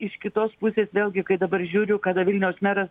iš kitos pusės vėlgi kai dabar žiūriu kada vilniaus meras